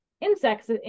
insects